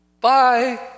Bye